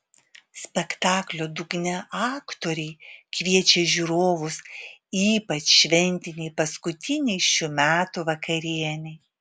spektaklio dugne aktoriai kviečia žiūrovus ypač šventinei paskutinei šių metų vakarienei